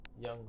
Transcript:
Young